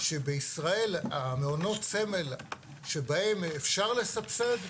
שבישראל מעונות סמל שבהם אפשר לסבסד,